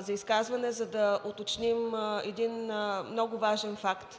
за изказване, за да уточним един много важен факт